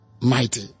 mighty